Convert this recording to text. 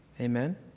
Amen